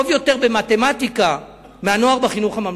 יותר במתמטיקה מהנוער בחינוך הממלכתי.